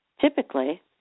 typically